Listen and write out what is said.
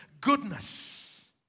goodness